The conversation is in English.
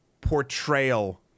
portrayal